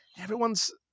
everyone's